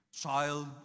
child